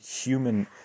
human